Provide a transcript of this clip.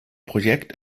projekt